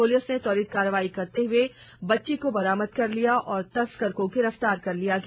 police ने त्वरित कार्रवाई करते हुए बच्ची को बरामद कर लिया और तस्कर को गिरफ्तार कर लिया गया